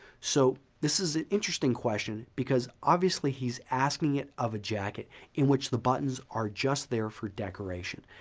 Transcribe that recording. so this is an interesting question because obviously, he's asking it of a jacket in which the buttons are just there for decoration.